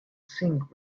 sync